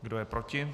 Kdo je proti?